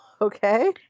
Okay